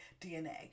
DNA